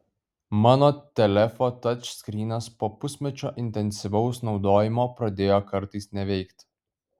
mano telefo tačskrynas po pusmečio intensyvaus naudojimo pradėjo kartais neveikt